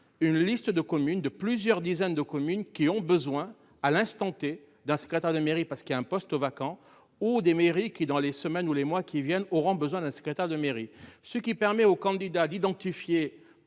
une liste de communes de plusieurs dizaines de communes qui ont besoin à l'instant-et d'un secrétaire de mairie parce qu'il y a un poste vacant aux des mairies qui dans les semaines ou les mois qui viennent, auront besoin d'un secrétaire de mairie, ce qui permet aux candidats d'identifier